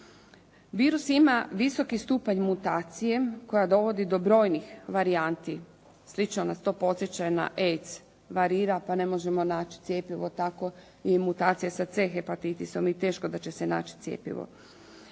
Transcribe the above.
Virus ima visoki stupanj mutacije koja dovodi do brojnih varijanti. Slično nas to podsjeća i na AIDS, varira pa ne možemo naći cjepivo, tako je i mutacija sa C hepatitisom i teško da će se naći cjepivo.